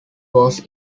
was